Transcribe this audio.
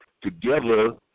together